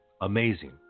Amazing